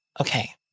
okay